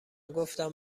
گفتم